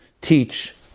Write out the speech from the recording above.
Teach